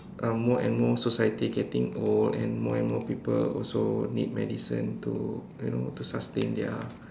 um more and more society getting old and more and more people also need medicine to you know to sustain their